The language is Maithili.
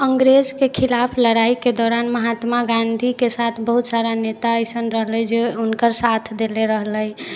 अङ्गरेजके खिलाफ लड़ाइके दौरान महात्मा गाँधीके साथ बहुत सारा नेता अइसन रहलै जे हुनकर साथ देले रहलै